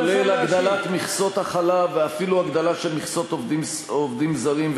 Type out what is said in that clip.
כולל הגדלת מכסות החלב ואפילו הגדלה של מכסות עובדים זרים,